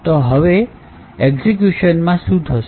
તો હવે એજ્યુકેશનમાં શું થશે